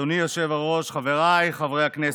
אדוני היושב-ראש, חבריי חברי הכנסת,